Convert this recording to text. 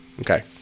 okay